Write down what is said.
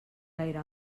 gaire